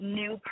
new